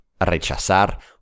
Rechazar